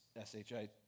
S-H-I